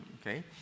okay